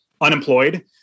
Unemployed